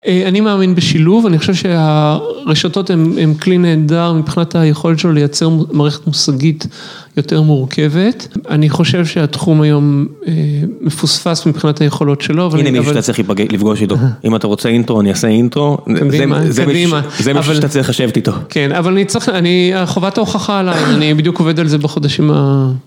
אני מאמין בשילוב, אני חושב שהרשתות הן כלי נהדר מבחינת היכולת שלו לייצר מערכת מושגית יותר מורכבת, אני חושב שהתחום היום מפוספס מבחינת היכולות שלו. הנה מי שאתה צריך לפגוש איתו, אם אתה רוצה אינטרו, אני אעשה אינטרו, זה מי שאתה צריך לשבת איתו. כן, אבל אני צריך, חובת ההוכחה עליי, אני בדיוק עובד על זה בחודשים ה...